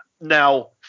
Now